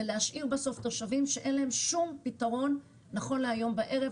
ולהשאיר בסוף תושבים שאין להם שום פתרון נכון להיום בערב,